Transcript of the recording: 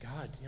God